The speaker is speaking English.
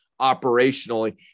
operationally